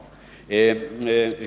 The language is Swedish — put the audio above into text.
Detta blev också riksdagens beslut.